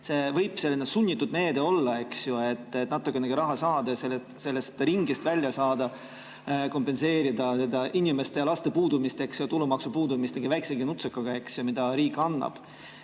see olla selline sunnitud meede, selleks et natukenegi raha saades sellest ringist välja saada, kompenseerida seda inimeste ja laste puudumist, tulumaksuraha puudumist väiksegi nutsakaga, mida riik annab.